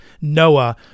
Noah